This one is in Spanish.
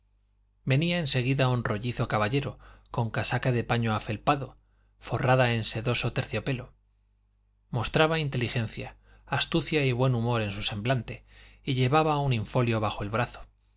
venía en seguida un rollizo caballero con casaca de paño afelpado forrada en sedoso terciopelo mostraba inteligencia astucia y buen humor en su semblante y llevaba un infolio bajo el brazo